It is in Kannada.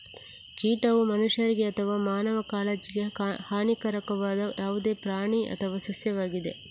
ಕೀಟವು ಮನುಷ್ಯರಿಗೆ ಅಥವಾ ಮಾನವ ಕಾಳಜಿಗೆ ಹಾನಿಕಾರಕವಾದ ಯಾವುದೇ ಪ್ರಾಣಿ ಅಥವಾ ಸಸ್ಯವಾಗಿದೆ